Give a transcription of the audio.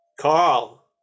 Carl